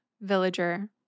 villager